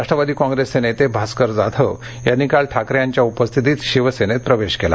राष्ट्रवादी कॉप्रेसचे नेते भास्कर जाधव यांनी काल ठाकरे यांच्या उपस्थितीत शिवसेनेत प्रवेश केला